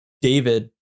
david